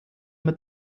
mit